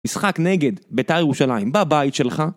משחק נגד בית"ר ירושלים, בבית שלך.